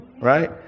right